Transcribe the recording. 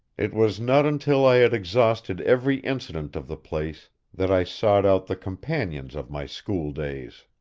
it was not until i had exhausted every incident of the place that i sought out the companions of my school-days.